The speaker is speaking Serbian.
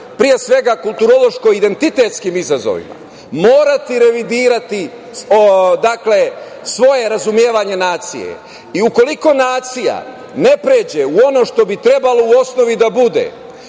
pre svega kulturološko identitetskim izazovima, moraće revidirati svoje razumevanje nacije. Ukoliko nacija ne pređe u ono što bi trebalo u osnovi da bude,